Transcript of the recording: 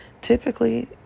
typically